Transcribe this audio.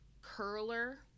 curler